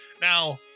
Now